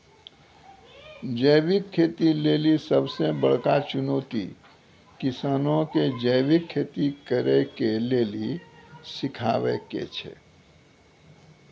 जैविक खेती लेली सबसे बड़का चुनौती किसानो के जैविक खेती करे के लेली सिखाबै के छै